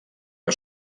que